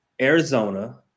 Arizona